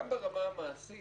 גם ברמה המעשית